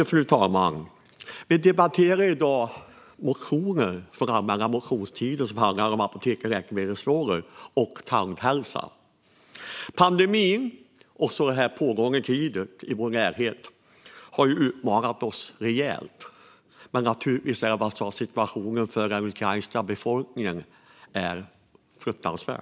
Fru talman! Vi debatterar i dag motioner från allmänna motionstiden som handlar om apoteks och läkemedelsfrågor samt tandhälsa. Pandemin och det pågående kriget i vår närhet har utmanat oss rejält, även om situationen naturligtvis är värre för den ukrainska befolkningen.